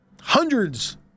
Hundreds